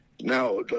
Now